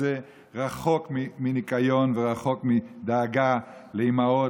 רחוק מניקיון ורחוק מדאגה לאימהות,